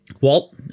Walt